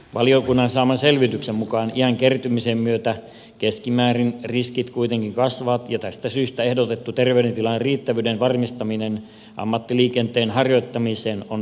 valiokunnan saaman selvityksen mukaan iän kertymisen myötä keskimäärin riskit kuitenkin kasvavat ja tästä syystä ehdotettu terveydentilan riittävyyden varmistaminen ammattiliikenteen harjoittamiseen on välttämätöntä